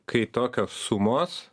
kai tokios sumos